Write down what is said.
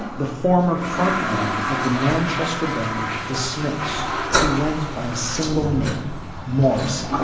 the former frontman of the manchester band the smiths who went by a single name maurice.